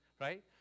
right